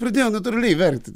pradėjo natūraliai verkti